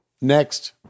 Next